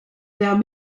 vers